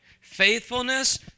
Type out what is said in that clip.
Faithfulness